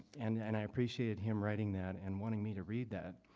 and and i appreciate him writing that and wanting me to read that.